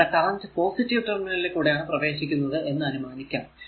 ഇവിടെ current positive terminal കൂടെ ആണ് പ്രവേശിക്കുന്നത് എന്ന് അനുമാനിക്കാം